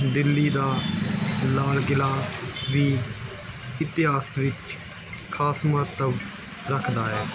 ਦਿੱਲੀ ਦਾ ਲਾਲ ਕਿਲ੍ਹਾ ਵੀ ਇਤਿਹਾਸ ਵਿੱਚ ਖਾਸ ਮਹੱਤਵ ਰੱਖਦਾ ਹੈ